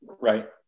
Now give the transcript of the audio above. Right